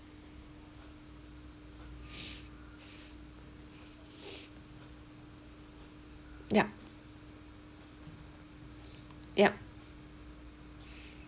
ya ya